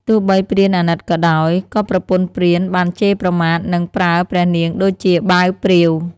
ទោះបីព្រានអាណិតក៏ដោយ ក៏ប្រពន្ធព្រានបានជេរប្រមាថ និងប្រើព្រះនាងដូចជាបាវព្រាវ។